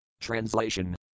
Translation